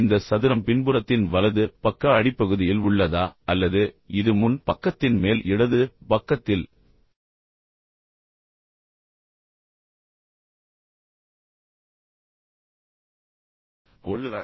இந்த சதுரம் பின்புறத்தின் வலது பக்க அடிப்பகுதியில் உள்ளதா அல்லது இது முன் பக்கத்தின் மேல் இடது பக்கத்தில் உள்ளதா